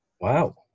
wow